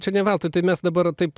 čia ne veltui tai mes dabar taip